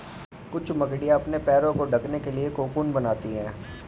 कुछ मकड़ियाँ अपने पैरों को ढकने के लिए कोकून बनाती हैं